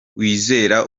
kwizera